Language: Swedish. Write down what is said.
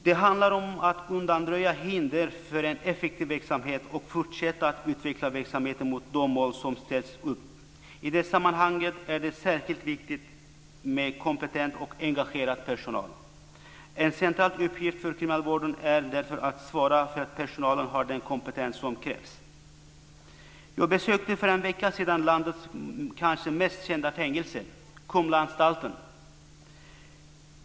Det handlar om att undanröja hinder för en effektiv verksamhet och fortsätta att utveckla verksamheten mot de mål som ställts upp. I det sammanhanget är det särskilt viktigt med kompetent och engagerad personal. En central uppgift för kriminalvården är därför att svara för att personalen har den kompetens som krävs. Jag besökte för en vecka sedan landets kanske mest kända fängelse, nämligen Kumlaanstalten.